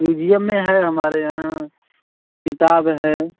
museum में है हमारे यहाँ किताब है